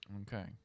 Okay